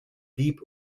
deep